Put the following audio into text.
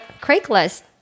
Craigslist